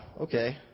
okay